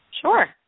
Sure